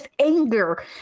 anger